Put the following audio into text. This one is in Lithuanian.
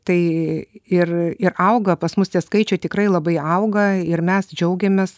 tai ir ir auga pas mus tie skaičiai tikrai labai auga ir mes džiaugiamės